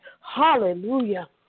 Hallelujah